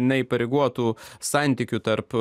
neįpareigotų santykių tarp